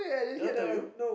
did I tell you